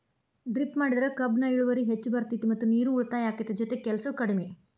drip ಮಾಡಿದ್ರ ಕಬ್ಬುನ ಇಳುವರಿ ಹೆಚ್ಚ ಬರ್ತೈತಿ ಮತ್ತ ನೇರು ಉಳಿತಾಯ ಅಕೈತಿ ಜೊತಿಗೆ ಕೆಲ್ಸು ಕಡ್ಮಿ